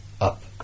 up